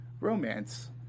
romance